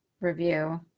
review